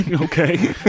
Okay